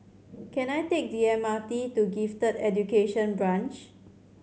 can I take the M R T to Gifted Education Branch